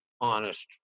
honest